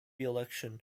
election